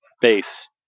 base